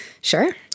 Sure